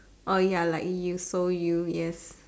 oh ya like you so you yes